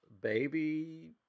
baby